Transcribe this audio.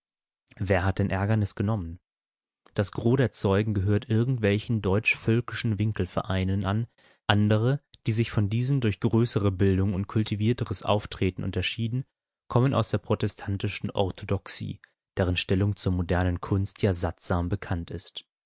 wer hat denn ärgernis genommen das gros der zeugen gehört irgend welchen deutschvölkischen winkelvereinen an andere die sich von diesen durch größere bildung und kultivierteres auftreten unterschieden kommen aus der protestantischen orthodoxie deren stellung zur modernen kunst ja sattsam bekannt ist